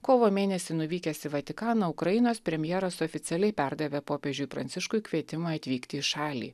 kovo mėnesį nuvykęs į vatikaną ukrainos premjeras oficialiai perdavė popiežiui pranciškui kvietimą atvykti į šalį